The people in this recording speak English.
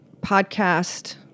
podcast